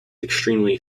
extremely